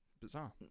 Bizarre